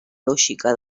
lògica